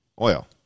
oil